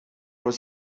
was